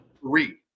Three